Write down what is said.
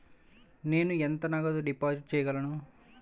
నేను ఎంత నగదు డిపాజిట్ చేయగలను?